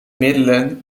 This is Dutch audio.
middelen